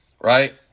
right